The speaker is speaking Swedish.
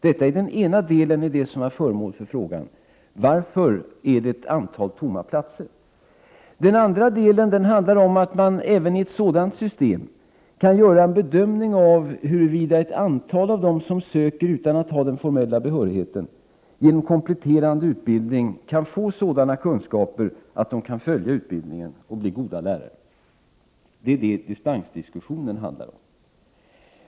Detta är den ena delen i det som är föremål för frågan: Varför är det ett antal tomma platser? Den andra delen handlar om att man även i ett sådant system skall göra en bedömning av huruvida ett antal av dem som söker utan att ha den formella behörigheten, genom kompletterande utbildning kan få sådana kunskaper att de kan följa utbildningen och bli goda lärare. Det är detta dispensdiskussionen handlar om.